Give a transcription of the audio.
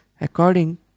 according